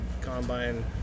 combine